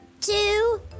two